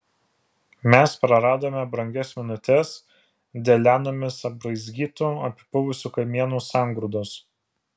mes praradome brangias minutes dėl lianomis apraizgytų apipuvusių kamienų sangrūdos